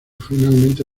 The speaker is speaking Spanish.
finalmente